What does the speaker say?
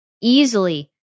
easily